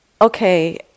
okay